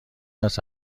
است